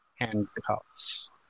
handcuffs